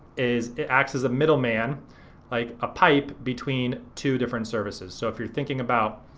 is it acts as a middle man like a pipe between two different services. so if you're thinking about